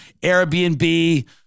Airbnb